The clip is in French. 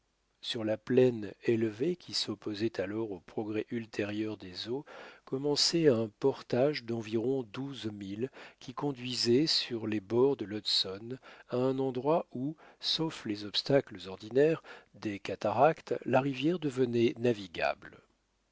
sur la plaine élevée qui s'opposait alors au progrès ultérieur des eaux commençait un portage d'environ douze milles qui conduisait sur les bords de l'hudson à un endroit où sauf les obstacles ordinaires des cataractes la rivière devenait navigable